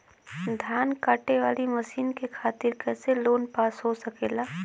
धान कांटेवाली मशीन के खातीर कैसे लोन पास हो सकेला?